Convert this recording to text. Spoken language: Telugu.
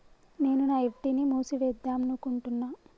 నేను నా ఎఫ్.డి ని మూసివేద్దాంనుకుంటున్న